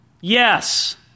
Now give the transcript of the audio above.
Yes